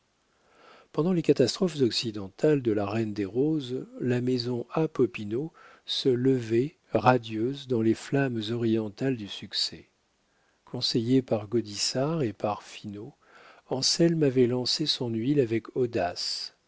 pendant les catastrophes occidentales de la reine des roses la maison a popinot se levait radieuse dans les flammes orientales du succès conseillé par gaudissart et par finot anselme avait lancé son huile avec audace